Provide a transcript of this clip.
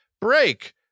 break